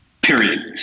Period